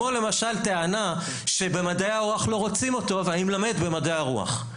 כמו למשל טענה שבמדעי הרוח לא רוצים אותו ואני מלמד במדעי הרוח.